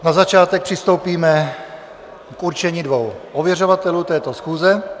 Na začátek přistoupíme k určení dvou ověřovatelů této schůze.